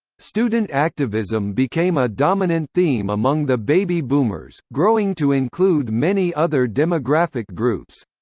student activism became a dominant theme among the baby boomers, growing to include many other demographic groups.